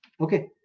Okay